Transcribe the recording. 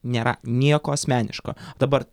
nėra nieko asmeniško dabar